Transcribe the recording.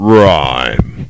Rhyme